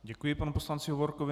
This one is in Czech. Děkuji panu poslanci Hovorkovi.